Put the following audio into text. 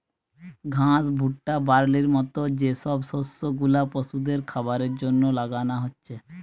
ঘাস, ভুট্টা, বার্লির মত যে সব শস্য গুলা পশুদের খাবারের জন্যে লাগানা হচ্ছে